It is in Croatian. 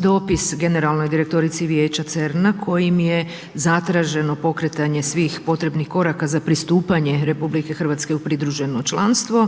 dopis generalnog direktorici vijeća CERN-a kojim je zatraženo pokretanje svih potrebnih koraka za pristupanje RH u pridruženo članstvo.